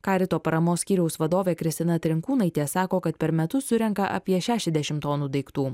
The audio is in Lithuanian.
karito paramos skyriaus vadovė kristina trinkūnaitė sako kad per metus surenka apie šešiasdešim tonų daiktų